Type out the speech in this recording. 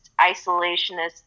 isolationist